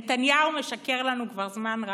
נתניהו משקר לנו כבר זמן רב.